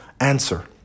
answer